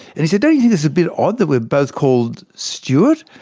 and they said don't you think it's a bit odd that we are both called stuart?